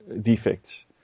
defects